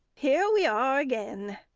here we are again!